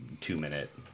two-minute